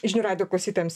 žinių radijo klausytojams